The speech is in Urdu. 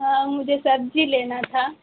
ہاں مجھے سبزی لینا تھا